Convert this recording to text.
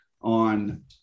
on